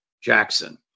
Jackson